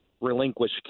relinquish